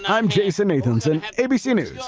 i'm jason nathanson, and abc news,